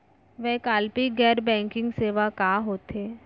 वैकल्पिक गैर बैंकिंग सेवा का होथे?